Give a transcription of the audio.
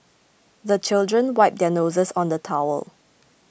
the children wipe their noses on the towel